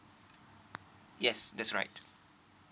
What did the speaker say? yes that's right